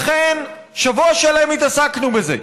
לכן שבוע שלם התעסקנו בזה.